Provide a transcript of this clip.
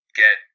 get